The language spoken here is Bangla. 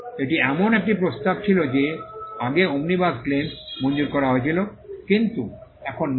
এটি এমন একটি প্রস্তাব ছিল যে আগে ওমনিবাস ক্লেম মঞ্জুর করা হয়েছিল কিন্তু এখন নেই